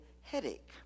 headache